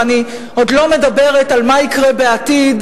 ואני עוד לא מדברת על מה יקרה בעתיד